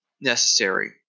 necessary